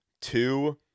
two